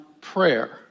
prayer